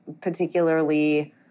particularly